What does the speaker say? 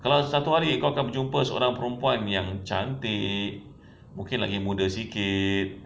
kalau satu hari kau akan berjumpa seorang perempuan yang cantik mungkin lagi muda sikit eh